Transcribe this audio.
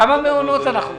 על כמה מעונות אנחנו מדברים?